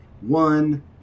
One